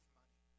money